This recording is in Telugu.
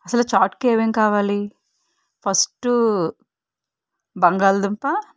అసలు చాట్కి ఏమేమి కావాలి ఫస్టు బంగాళాదుంప